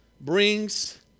brings